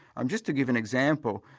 um just to give an example,